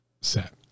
set